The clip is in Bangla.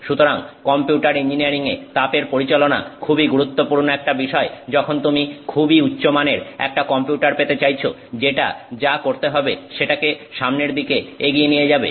সুতরাং কম্পিউটার ইঞ্জিনিয়ারিং এ তাপের পরিচালনা খুবই গুরুত্বপূর্ণ একটা বিষয় যখন তুমি খুবই উচ্চমানের একটা কম্পিউটার পেতে চাইছো যেটা যা করতে হবে সেটাকে সামনের দিকে এগিয়ে নিয়ে যাবে